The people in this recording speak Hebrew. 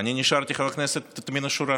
ואני נשארתי חבר כנסת מן השורה.